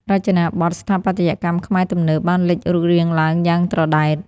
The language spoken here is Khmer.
រចនាបថ "ស្ថាបត្យកម្មខ្មែរទំនើប" បានលេចរូបរាងឡើងយ៉ាងត្រដែត។